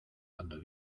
cuando